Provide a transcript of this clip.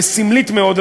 וסמלית מאוד,